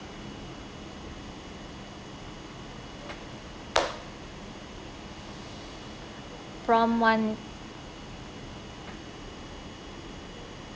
prompt one